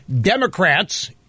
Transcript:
Democrats